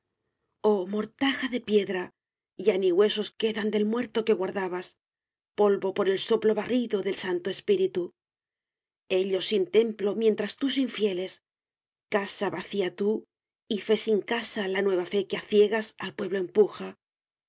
mortaja de piedra ya ni huesos quedan del muerto que guardabas polvo por el soplo barrido del santo espíritu ellos sin templo mientras tú sin fieles casa vacía tú y fe sin casa la nueva fe que á ciegas al pueblo empuja